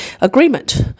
agreement